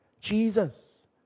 Jesus